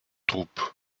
troupes